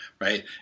Right